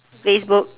facebook